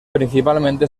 principalmente